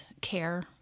care